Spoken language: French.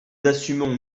assumons